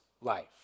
life